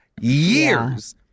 years